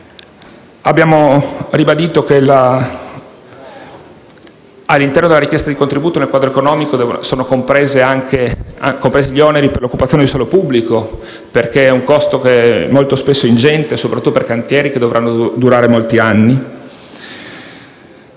Abbiamo ribadito che, all'interno della richiesta di contributo nel quadro economico, sono compresi anche gli oneri per l'occupazione di suolo pubblico: si tratta di un costo molto spesso ingente, soprattutto per cantieri che dovranno durare molti anni.